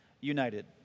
united